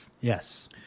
yes